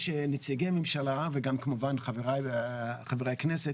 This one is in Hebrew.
שנציגי הממשלה וגם כמובן חבריי חברי הכנסת